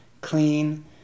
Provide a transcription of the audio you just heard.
clean